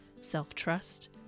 self-trust